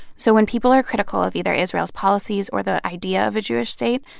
so when people are critical of either israel's policies or the idea of a jewish state,